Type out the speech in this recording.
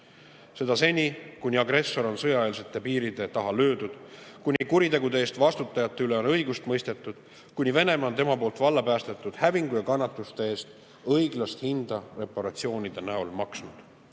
Seda seni, kuni agressor on sõjaeelsete piiride taha löödud. Kuni kuritegude eest vastutajate üle on õigust mõistetud. Kuni Venemaa on tema poolt valla päästetud hävingu ja kannatuste eest õiglast hinda reparatsioonide näol maksnud. Kaalul